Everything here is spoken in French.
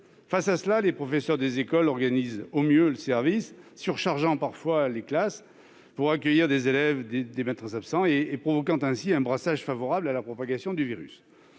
Face à cela, les professeurs des écoles organisent au mieux le service, surchargeant parfois les classes pour accueillir des élèves des maîtres absents et provoquant ainsi un brassage favorable à la propagation du virus.